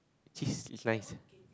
cheese is nice